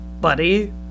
buddy